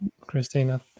Christina